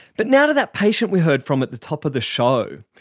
but now to that patient we heard from at the top of the show.